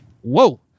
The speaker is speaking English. whoa